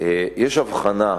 שיש הבחנה,